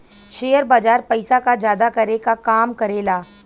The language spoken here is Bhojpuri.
सेयर बाजार पइसा क जादा करे क काम करेला